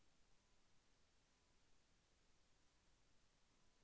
సురక్ష భీమా పథకం కట్టడం వలన ఉపయోగం ఏమిటి?